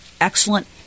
Excellent